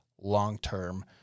long-term